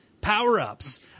Power-ups